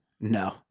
No